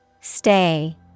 Stay